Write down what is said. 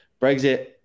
Brexit